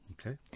Okay